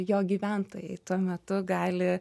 jo gyventojai tuo metu gali